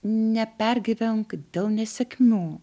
nepergyvenk dėl nesėkmių